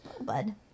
bud